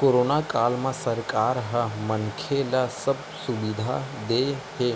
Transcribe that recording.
corona काल म सरकार ह मनखे ल सब सुबिधा देय हे